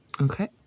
okay